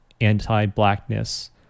anti-blackness